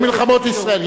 במלחמות ישראל.